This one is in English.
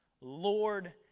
Lord